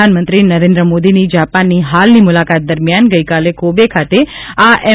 પ્રધાનમંત્રી નરેન્દ્ર મોદીની જાપાનની હાલની મુલાકાત દરમિયાન ગઇકાલે કોબે ખાતે આ એમ